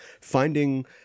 finding